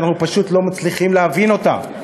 שאנחנו פשוט לא מצליחים להבין אותה.